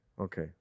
okay